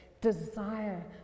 Desire